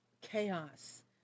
chaos